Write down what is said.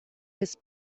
his